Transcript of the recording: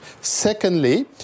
secondly